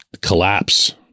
collapse